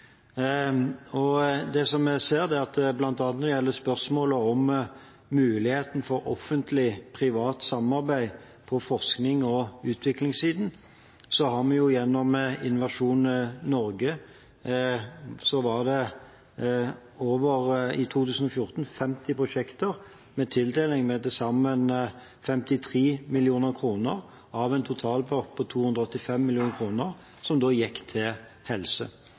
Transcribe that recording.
innkjøper. Det jeg ser, er at bl.a. når det gjelder spørsmålet om muligheten for offentlig–privat samarbeid på forsknings- og utviklingssiden, var det gjennom Innovasjon Norge i 2014 over 50 prosjekter med tildeling på til sammen 53 mill. kr av en totalpott på 285 mill. kr, som gikk til helse.